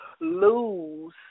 lose